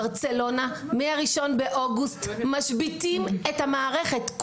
בברצלונה מה-1 באוגוסט משביתים את המערכת,